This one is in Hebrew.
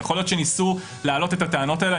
יכול להיות שניסו להעלות את הטענות האלה.